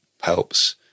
helps